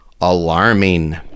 alarming